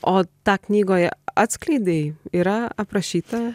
o tą knygoje atskleidei yra aprašyta